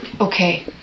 Okay